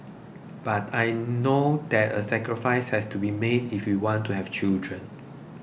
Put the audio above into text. but I know that a sacrifice has to be made if we want to have children